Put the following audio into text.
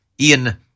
Ian